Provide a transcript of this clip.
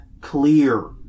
clear